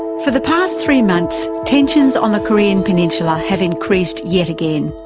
for the past three months, tensions on the korean peninsula have increased yet again.